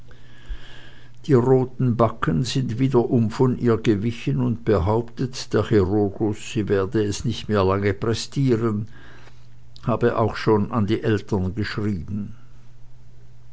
die rothen backen sind wiederum von ihr gewichen und behauptet der chirurgus sie werde es nicht mehr lang prästiren habe auch schon an die eltern geschrieben